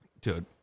Dude